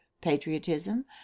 patriotism